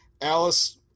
Alice